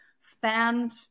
spend